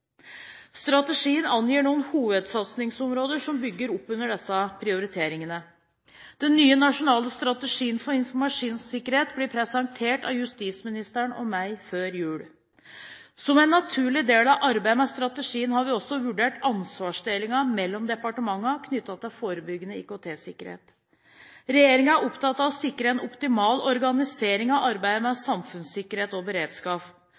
Strategien angir noen hovedsatsingsområder som bygger opp under disse prioriteringene. Den nye nasjonale strategien for informasjonssikkerhet blir presentert av justisministeren og meg før jul. Som en naturlig del av arbeidet med strategien har vi også vurdert ansvarsdelingen mellom departementene knyttet til forebyggende IKT-sikkerhet. Regjeringen er opptatt av å sikre en optimal organisering av arbeidet med samfunnssikkerhet og beredskap.